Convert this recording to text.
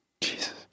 Jesus